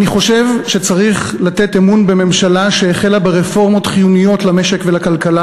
אני חושב שצריך לתת אמון בממשלה שהחלה ברפורמות חיוניות למשק ולכלכלה,